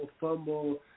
fumble